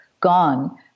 gone